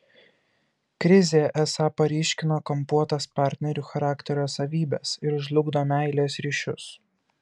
krizė esą paryškina kampuotas partnerių charakterio savybes ir žlugdo meilės ryšius